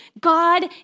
God